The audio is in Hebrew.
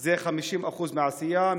זה 50% מהעשייה.